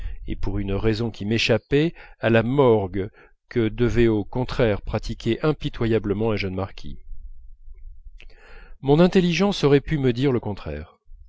et pour une raison qui m'échappait à la morgue que devait au contraire pratiquer impitoyablement un jeune marquis mon intelligence aurait pu me dire le contraire